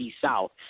South